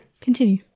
Continue